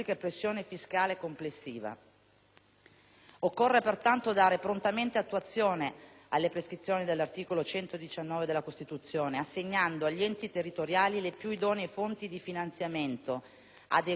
Occorre pertanto dare prontamente attuazione alle prescrizioni dell'articolo 119 della Costituzione, assegnando agli enti territoriali le più idonee fonti di finanziamento, adeguate rispetto alle necessità di spesa.